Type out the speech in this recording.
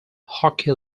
hockey